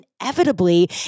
inevitably